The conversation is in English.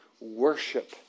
worship